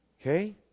Okay